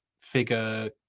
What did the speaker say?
figure